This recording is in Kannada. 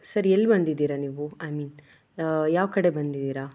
ಸರ್ ಎಲ್ಲಿ ಬಂದಿದ್ದೀರ ನೀವು ಐ ಮೀನ್ ಯಾವ ಕಡೆ ಬಂದಿದ್ದೀರ